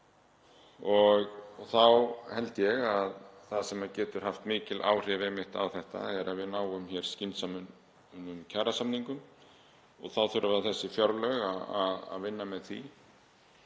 Þá held ég að það sem geti haft mikil áhrif á þetta sé að við náum hér skynsömum kjarasamningum. Þá þurfa þessi fjárlög að vinna með því